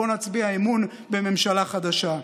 בואו נצביע אמון בממשלה חדשה.